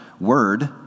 word